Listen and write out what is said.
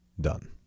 done